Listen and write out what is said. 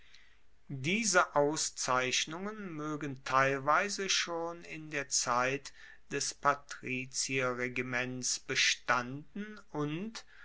diese auszeichnungen moegen teilweise schon in der zeit des patrizierregiments bestanden und